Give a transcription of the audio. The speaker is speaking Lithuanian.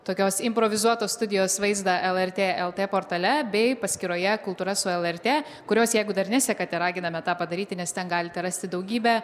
tokios improvizuotos studijos vaizdą lrt lt portale bei paskyroje kultūra su lrt kurios jeigu dar nesekate raginame tą padaryti nes ten galite rasti daugybę